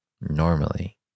normally